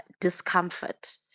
discomfort